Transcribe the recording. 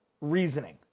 reasoning